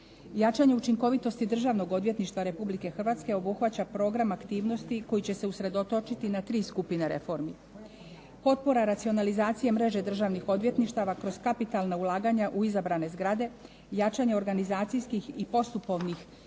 Jačanje učinkovitosti Državnog odvjetništva Republike Hrvatske obuhvaća program aktivnosti koji će se usredotočiti na tri skupine reformi. Potpora racionalizacije mreže državnih odvjetništava kroz kapitalna ulaganja u izabrane zgrade, jačanje organizacijskih i postupovnih